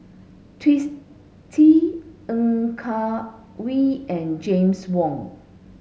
Twisstii Ng Yak Whee and James Wong